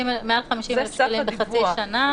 מעל 50 אלף שקלים בחצי שנה --- זה סף הדיווח.